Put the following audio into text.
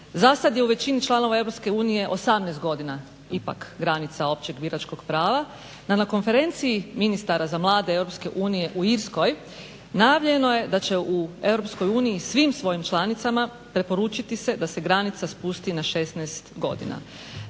za sad je u većini članova Europske unije 18 godina, ipak granica općeg biračkog prava. Na konferenciji ministara za mlade Europske unije u Irskoj najavljeno je da će u Europskoj uniji svim svojim članicama preporučiti se da se granica spusti na 16 godina.